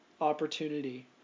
opportunity